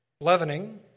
leavening